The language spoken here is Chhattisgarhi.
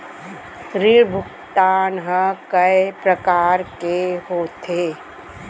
ऋण भुगतान ह कय प्रकार के होथे?